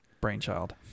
Brainchild